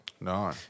No